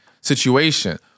situation